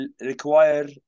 require